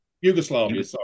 Yugoslavia